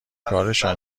کارشان